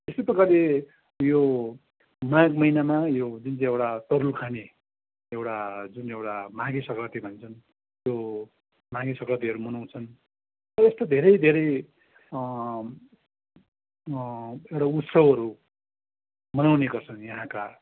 यस्तै प्रकारले यो माघ महिनामा जुन चाहिँ एउटा तरुल खाने एउटा जुन एउटा माघे सङ्क्रान्ति भन्छन् त्यो माघे सङ्क्रान्तिहरू मनाउँछन् हो यस्तो धेरै धेरै एउटा उत्सवहरू मनाउने गर्छन् यहाँका